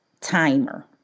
Timer